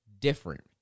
different